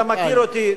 כפי שאתה מכיר אותי,